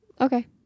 Okay